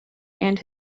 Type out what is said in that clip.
and